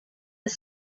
was